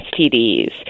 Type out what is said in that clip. STDs